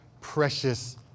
Precious